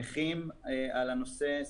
אנחנו שמחים על הנושא,